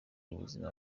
ubuzima